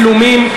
יש גם צילומים,